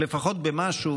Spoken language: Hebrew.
לפחות במשהו,